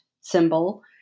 symbol